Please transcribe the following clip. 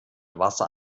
wasser